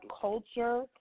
culture